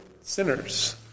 sinners